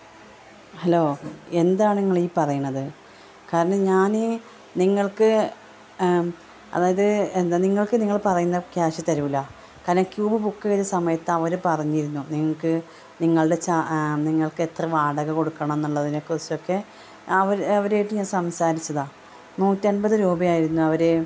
hello എന്താണ് നിങ്ങൾ ഈ പറയുന്നത് കാരണം ഞാൻ നിങ്ങൾക്ക് അതായത് എന്താ നിങ്ങൾക്ക് നിങ്ങൾ പറയുന്ന ക്യാഷ് തരില്ല കാരണം ക്യൂബ് ബുക്ക് ചെയ്ത സമയത്ത് അവർ പറഞ്ഞിരുന്നു നിങ്ങൾക്ക് നിങ്ങളുടെ നിങ്ങൾക്ക് എത്ര വാടക കൊടുക്കണം എന്നുള്ളതിനെ കുറിച്ചൊക്കെ അവർ അവരായിട്ട് ഞാൻ സംസാരിച്ചതാണ് നൂറ്റി അൻപത് രൂപയായിരുന്നു അവർ